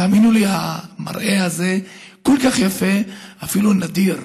תאמינו לי, המראה הזה כל כך יפה, ואפילו נדיר.